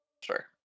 Sure